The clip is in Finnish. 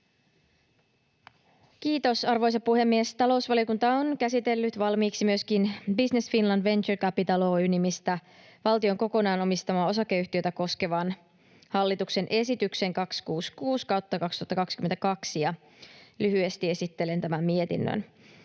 Content: Arvoisa puhemies! Talousvaliokunta on käsitellyt valmiiksi myöskin Business Finland Venture Capital Oy ‑nimistä valtion kokonaan omistamaa osakeyhtiötä koskevan hallituksen esityksen 266/2022, ja lyhyesti esittelen tämän mietinnön.